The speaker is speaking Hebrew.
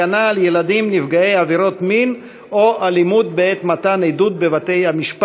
הגנה על ילדים נפגעי עבירות מין או אלימות בעת מתן עדות בבתי-המשפט),